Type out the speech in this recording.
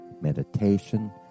meditation